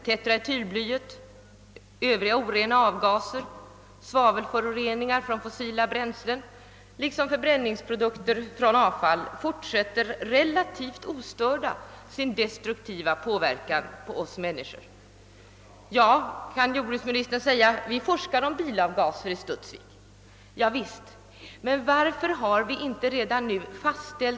Tetraetylblyet och orena avgaser, svavelföroreningar från fossila bränslen liksom förbränningsprodukter från avfall fortsätter relativt ostörda sin destruktiva inverkan på oss människor. Jordbruksministern kan förstås säga att vi forskar om bilavgaser i Studsvik.